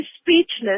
speechless